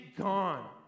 gone